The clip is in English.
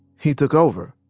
he took over,